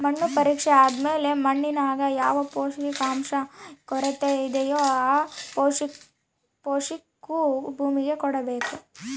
ಮಣ್ಣು ಪರೀಕ್ಷೆ ಆದ್ಮೇಲೆ ಮಣ್ಣಿನಾಗ ಯಾವ ಪೋಷಕಾಂಶ ಕೊರತೆಯಿದೋ ಆ ಪೋಷಾಕು ಭೂಮಿಗೆ ಕೊಡ್ಬೇಕು